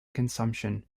consumption